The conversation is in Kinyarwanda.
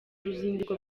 ruzinduko